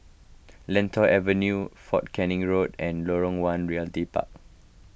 Lentor Avenue fort Canning Road and Lorong one Realty Park